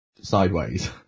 sideways